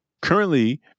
Currently